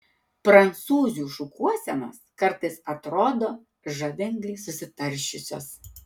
prancūzių šukuosenos kartais atrodo žavingai susitaršiusios